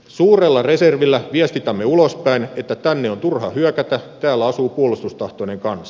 suurella reservillä viestitämme ulospäin että tänne on turha hyökätä täällä asuu puolustustahtoinen kansa